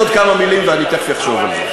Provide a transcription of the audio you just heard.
אני אגיד אז עוד כמה מילים, ואני תכף אחשוב על זה.